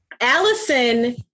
Allison